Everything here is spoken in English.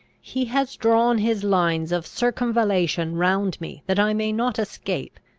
he has drawn his lines of circumvallation round me that i may not escape.